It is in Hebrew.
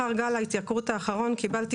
לאחר גל ההתייקרות האחרון קיבלתי